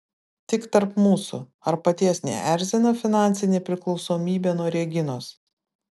tik tarp mūsų ar paties neerzina finansinė priklausomybė nuo reginos